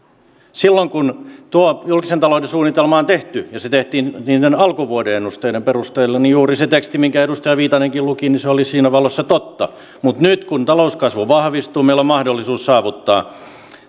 silloin kun julkisen talouden suunnitelma on tehty se tehtiin niiden alkuvuoden ennusteiden perusteella niin juuri se teksti minkä edustaja viitanenkin luki oli siinä valossa totta mutta nyt kun talouskasvu vahvistuu meillä on mahdollisuus saavuttaa